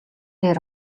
дээр